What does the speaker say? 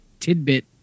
tidbit